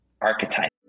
archetype